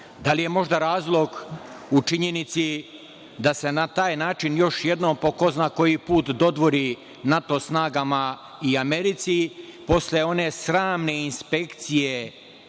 Da li je možda razlog u činjenici da se na taj način još jednom po ko zna koji put dodvori NATO snagama i Americi, posle one sramne inspekcije